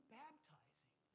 baptizing